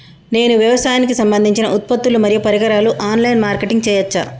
నేను వ్యవసాయానికి సంబంధించిన ఉత్పత్తులు మరియు పరికరాలు ఆన్ లైన్ మార్కెటింగ్ చేయచ్చా?